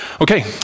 Okay